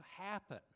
happen